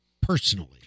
Personally